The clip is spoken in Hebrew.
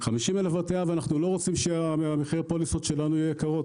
אנחנו לא רוצים שמחיר הפוליסות יהיה יקר.